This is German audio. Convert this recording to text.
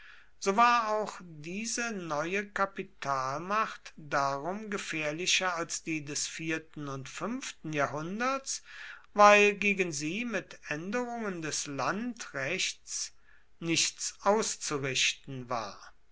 so war auch diese neue kapitalmacht darum gefährlicher als die des vierten und fünften jahrhunderts weil gegen sie mit änderungen des landrechts nichts auszurichten war